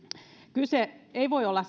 kyse ei voi olla